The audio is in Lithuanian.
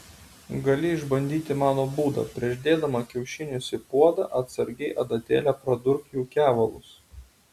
gali išbandyti mano būdą prieš dėdama kiaušinius į puodą atsargiai adatėle pradurk jų kevalus